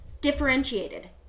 differentiated